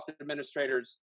administrators